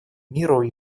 миру